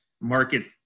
market